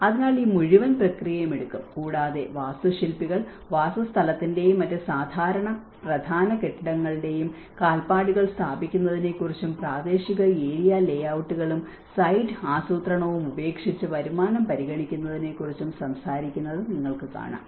അതിനാൽ ഈ മുഴുവൻ പ്രക്രിയയും എടുക്കും കൂടാതെ വാസ്തുശില്പികൾ വാസസ്ഥലങ്ങളുടെയും മറ്റ് സാധാരണ പ്രധാന കെട്ടിടങ്ങളുടെയും കാൽപ്പാടുകൾ സ്ഥാപിക്കുന്നതിനെക്കുറിച്ചും പ്രാദേശിക ഏരിയ ലേഔട്ടുകളും സൈറ്റ് ആസൂത്രണവും ഉപേക്ഷിച്ച് വരുമാനം പരിഗണിക്കുന്നതിനെക്കുറിച്ചും സംസാരിക്കുന്നത് നിങ്ങൾക്ക് കാണാം